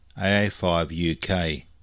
AA5UK